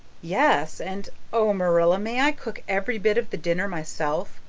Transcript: yes and oh, marilla, may i cook every bit of the dinner myself?